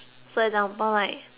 like uh